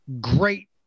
great